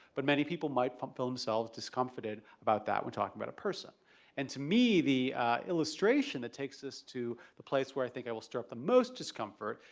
but many people might fulfill themselves discomforted about that we're talking about a person and to me the illustration that takes this to the place where i think i will stir up the most discomfort,